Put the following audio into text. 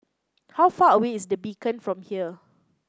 how far away is The Beacon from here